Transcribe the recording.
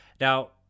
Now